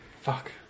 Fuck